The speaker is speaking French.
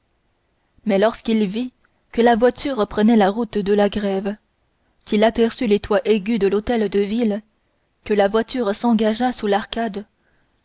mais lorsqu'il vit que la voiture prenait la route de la grève qu'il aperçut les toits aigus de l'hôtel de ville que la voiture s'engagea sous l'arcade